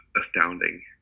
astounding